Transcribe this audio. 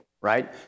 right